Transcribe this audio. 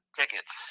tickets